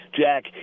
Jack